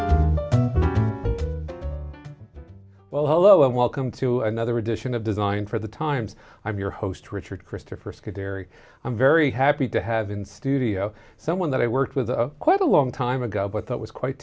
well hello and welcome to another edition of design for the times i'm your host richard christopher scary i'm very happy to have in studio someone that i worked with quite a long time ago but that was quite